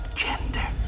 gender